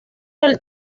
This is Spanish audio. del